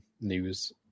news